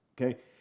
Okay